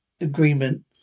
Agreement